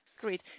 Great